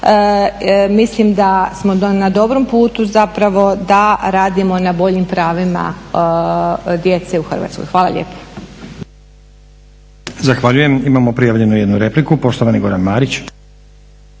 Mislim da smo na dobrom putu zapravo da radimo na boljim pravima djece u Hrvatskoj. Hvala lijepa. **Stazić, Nenad (SDP)** Zahvaljujem. Imamo prijavljenu jednu repliku. Poštovani Goran Marić.